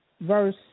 Verse